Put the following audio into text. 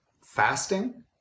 fasting